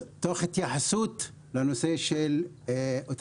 תוך התייחסות להון